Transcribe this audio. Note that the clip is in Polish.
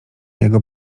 jego